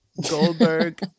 goldberg